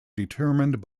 determined